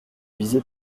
visé